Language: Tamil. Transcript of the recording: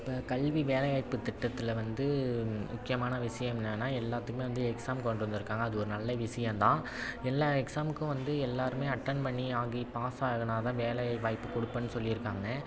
இப்போ கல்வி வேலைவாய்ப்புத் திட்டத்தில் வந்து முக்கியமான விஷயம் என்னென்னால் எல்லாத்துக்குமே வந்து எக்ஸாம் கொண்டு வந்திருக்காங்க அது ஒரு நல்ல விஷயம் தான் எல்லா எக்ஸாமுக்கும் வந்து எல்லாேருமே அட்டன் பண்ணி ஆகி பாஸ் ஆகுனால் தான் வேலைவாய்ப்பு கொடுப்பேன்னு சொல்லியிருக்காங்க